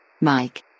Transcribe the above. Mike